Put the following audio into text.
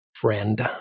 friend